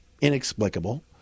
inexplicable